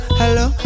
hello